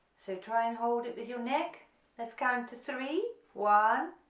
so try and hold it with your neck let's count to three one,